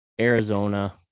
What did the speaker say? Arizona